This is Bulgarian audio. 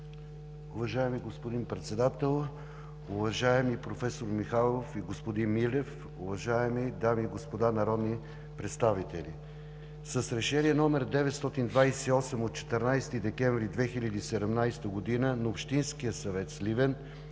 Уважаеми господин Председател, уважаеми професор Михайлов и господин Милев, уважаеми дами и господа народни представители! С Решение № 928 от 14 декември 2017 г. на общинския съвет – Сливен,